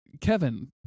Kevin